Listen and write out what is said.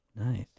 nice